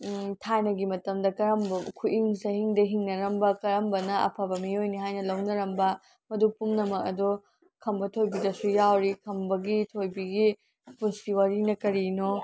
ꯊꯥꯏꯅꯒꯤ ꯃꯇꯝꯗ ꯀꯔꯝꯕ ꯈꯨꯍꯤꯡ ꯆꯥꯍꯤꯡꯗ ꯍꯤꯡꯅꯔꯝꯕ ꯀꯔꯝꯕꯅ ꯑꯐꯕ ꯃꯤꯑꯣꯏꯅꯤ ꯍꯥꯏꯅ ꯂꯧꯅꯔꯝꯕ ꯃꯗꯨ ꯄꯨꯝꯅꯃꯛ ꯑꯗꯣ ꯈꯝꯕ ꯊꯣꯏꯕꯤꯗꯁꯨ ꯌꯥꯎꯔꯤ ꯈꯝꯕꯒꯤ ꯊꯣꯏꯕꯤꯒꯤ ꯄꯨꯟꯁꯤ ꯋꯥꯔꯤꯅ ꯀꯔꯤꯅꯣ